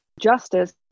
justice